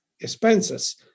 expenses